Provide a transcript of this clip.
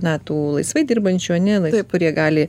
na tų laisvai dirbančių ane nu tie kurie gali